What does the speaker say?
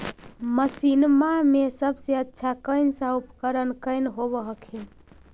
मसिनमा मे सबसे अच्छा कौन सा उपकरण कौन होब हखिन?